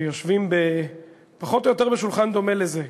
ויושבים פחות או יותר בשולחן דומה לזה,